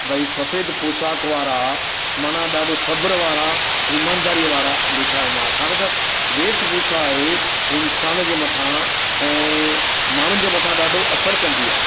भई सफेद पौशाक वारा माना ॾाढो सब्रु वारा ईमानदारी वारा लिखिया वेंदा हुआ छा कंदा वेष भूषा आहे इंसान जे मथा ऐं माण्हुनि जे मथा ॾाढो असरु कंदी आहे